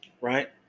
right